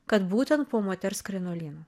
kad būtent po moters krinolinu